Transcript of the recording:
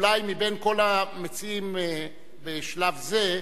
אולי מבין כל המציעים בשלב זה,